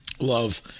love